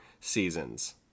seasons